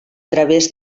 través